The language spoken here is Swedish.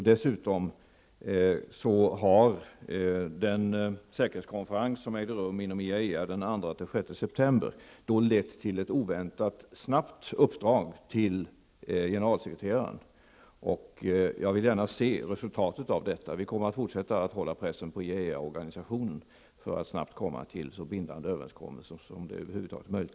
Dessutom har den säkerhetskonferens som ägde rum inom IAEA den 2--6 september lett till ett oväntat snabbt uppdrag till generalsekreteraren. Jag vill gärna se resultatet av detta. Vi kommer att fortsätta att hålla press på IAEA-organisationen för att snabbt komma till så bindande överenskommelser som det över huvud taget är möjligt.